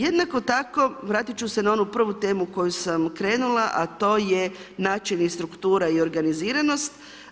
Jednako tako, vratit ću se na onu prvu temu koju sam krenula, a to je način i struktura i organiziranost.